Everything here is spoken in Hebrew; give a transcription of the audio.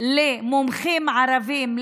למומחים ערבים,